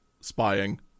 spying